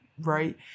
right